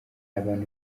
abantu